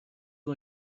you